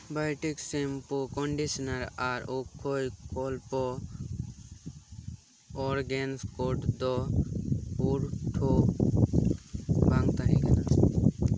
Biotique shampoo ᱟᱨ conditioner ᱟᱨ ᱟᱠᱥᱚᱭᱠᱚᱞᱯᱚ ᱚᱨᱜᱟᱱᱤᱠ ᱠᱚᱨᱰ ᱫᱚ ᱯᱩᱨᱴᱷᱟᱹ ᱵᱟᱝ ᱛᱟᱸᱦᱮᱠᱟᱱᱟ